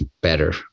better